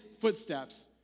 footsteps